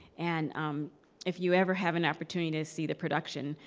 and um if you ever have an opportunity to see the production,